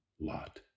lot